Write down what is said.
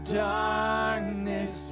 darkness